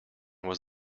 was